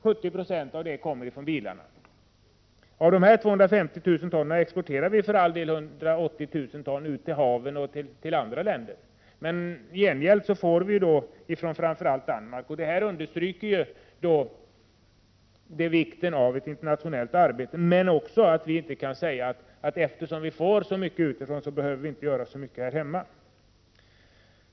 70 96 av detta kommer ifrån bilarna. Av dessa 250 000 ton exporterar vi för all del 180 000 ton ut till haven och till andra länder. Men i gengäld får vi ta emot kväveutsläpp från framför allt Danmark. Detta visar hur viktigt det är med internationellt arbete. Men vi kan inte säga att eftersom vi får utsläpp utifrån behöver vi inte göra så mycket här hemma.